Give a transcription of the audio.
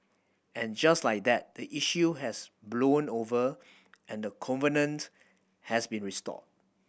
and just like that the issue has blown over and the covenant has been restored